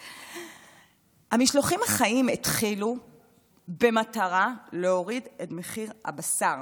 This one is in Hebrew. המשלוחים החיים התחילו במטרה להוריד את מחיר הבשר.